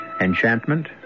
enchantment